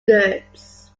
goods